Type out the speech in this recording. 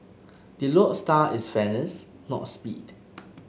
the lodestar is fairness not speed